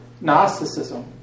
Gnosticism